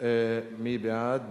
מי בעד?